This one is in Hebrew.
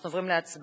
אנחנו עוברים להצבעה